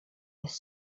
jest